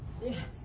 Yes